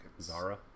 Zara